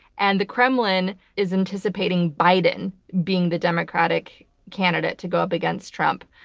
and the kremlin is anticipating biden being the democratic candidate to go up against trump.